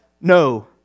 No